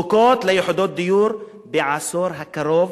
זקוקות ליחידות דיור בעשור הקרוב,